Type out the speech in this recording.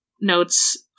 notes